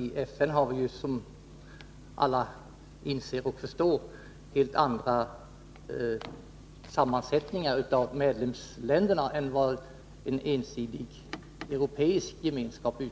I FN är det ju, som alla inser, en helt annan sammansättning av medlemsländer än i en ensidig europeisk gemenskap.